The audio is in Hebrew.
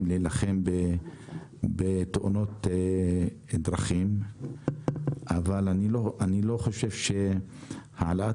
להילחם בתאונות דרכים אבל אני לא חושב שהעלאת